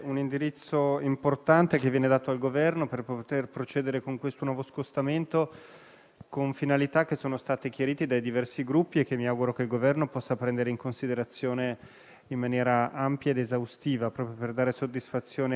Ha facoltà di parlare il rappresentante del Governo, al quale chiedo altresì di esprimere il parere sulle proposte di risoluzione presentate.